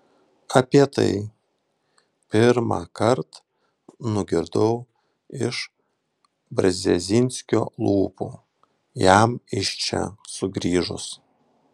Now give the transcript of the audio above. apie tai pirmąkart nugirdau iš brzezinskio lūpų jam iš čia sugrįžus